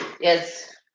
Yes